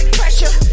pressure